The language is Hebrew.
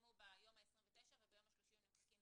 יצולמו ביום ה-29 וביום ה-30 הם יימחקו.